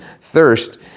thirst